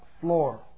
floor